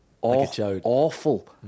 awful